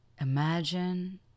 Imagine